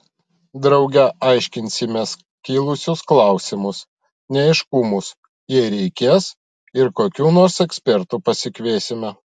drauge aiškinsimės kilusius klausimus neaiškumus jei reikės ir kokių nors ekspertų pasikviesime